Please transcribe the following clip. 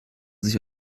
sich